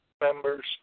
members